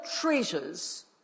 treasures